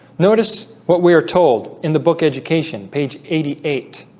notice what we are told in the book education page eighty eight